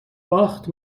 باخت